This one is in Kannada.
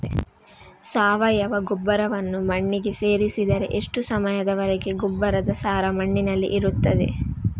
ಸಾವಯವ ಗೊಬ್ಬರವನ್ನು ಮಣ್ಣಿಗೆ ಸೇರಿಸಿದರೆ ಎಷ್ಟು ಸಮಯದ ವರೆಗೆ ಗೊಬ್ಬರದ ಸಾರ ಮಣ್ಣಿನಲ್ಲಿ ಇರುತ್ತದೆ?